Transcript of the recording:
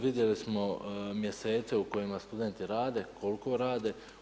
Vidjeli smo mjesece u kojima studenti rade, koliko rade.